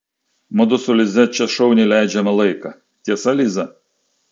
mudu su lize čia šauniai leidžiame laiką tiesa lize